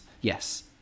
yes